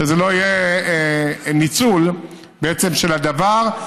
שלא יהיה ניצול של הדבר,